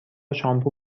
شامپو